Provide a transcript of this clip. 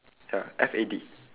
ya F A D